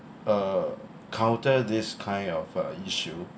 uh counter this kind of uh issue